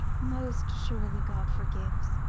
most surely, god forgives,